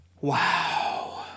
Wow